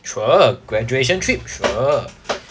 sure graduation trip sure